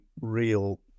real